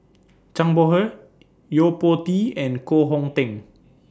Zhang Bohe Yo Po Tee and Koh Hong Teng